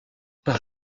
par